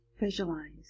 Visualize